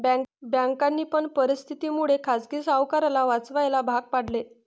बँकांनी पण परिस्थिती मुळे खाजगी सावकाराला वाचवायला भाग पाडले